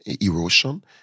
erosion